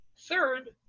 Third